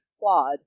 quad